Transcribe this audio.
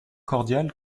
cordiale